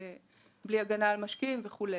בלי הגנה על משקיעים וכו'.